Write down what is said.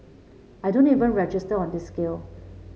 I don't even register on this scale